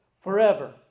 forever